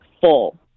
full